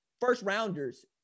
first-rounders